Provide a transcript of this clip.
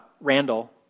Randall